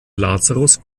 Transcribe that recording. lazarus